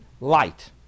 light